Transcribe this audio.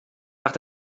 nach